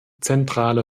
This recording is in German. zentrale